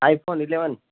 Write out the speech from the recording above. I phone Eleven